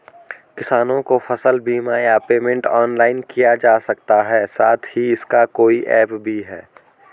किसानों को फसल बीमा या पेमेंट ऑनलाइन किया जा सकता है साथ ही इसका कोई ऐप भी है?